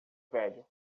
velho